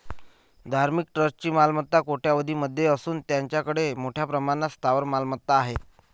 धार्मिक ट्रस्टची मालमत्ता कोट्यवधीं मध्ये असून त्यांच्याकडे मोठ्या प्रमाणात स्थावर मालमत्ताही आहेत